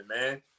man